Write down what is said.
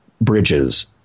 Bridges